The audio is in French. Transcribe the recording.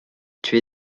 tué